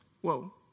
Whoa